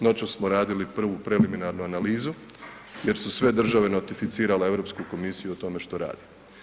Noćas smo radili prvu preliminarnu analizu jer su sve države notificirale Europsku komisiju o tome što rade.